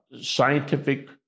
scientific